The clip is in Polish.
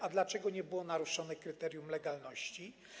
A dlaczego nie było naruszone kryterium legalności?